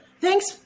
Thanks